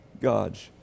God's